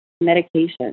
medication